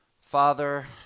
Father